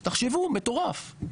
תחשבו, מטורף.